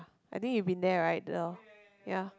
I think you've been there right the ya